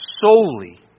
solely